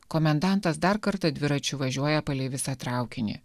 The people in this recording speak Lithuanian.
komendantas dar kartą dviračiu važiuoja palei visą traukinį